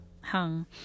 hung